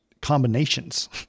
combinations